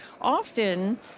often